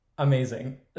Amazing